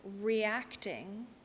reacting